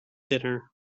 dinner